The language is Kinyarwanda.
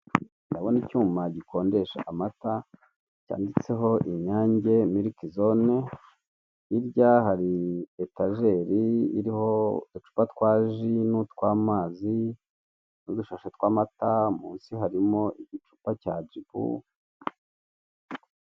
Ndabona icyuma gikonjesha amata cyanditseho inyange miliki zone, hirya hari etajeri iriho uducupa twa ji n'utw'amazi n'udushashi tw'amata munsi harimo igicupa cya jibu.